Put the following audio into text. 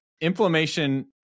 inflammation